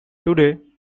today